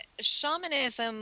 Shamanism